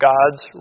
God's